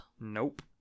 Nope